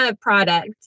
product